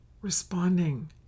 responding